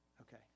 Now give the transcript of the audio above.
Okay